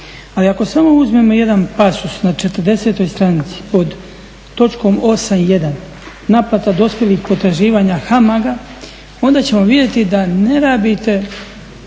Ali ako uzmemo samo jedan pasus na 40.stranici pod točkom 8.1 Naplata dospjelih potraživanja HAMAG-a onda ćemo vidjeti da ne rabite